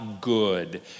good